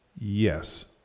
yes